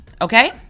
okay